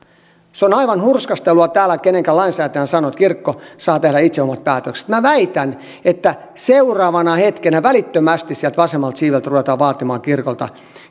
on aivan hurskastelua täällä kenenkään lainsäätäjän sanoa että kirkko saa tehdä itse omat päätöksensä minä väitän että seuraavana hetkenä välittömästi sieltä vasemmalta siiveltä ruvetaan vaatimaan kirkolta